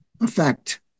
effect